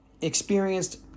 experienced